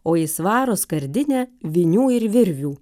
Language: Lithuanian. o į svaro skardinę vinių ir virvių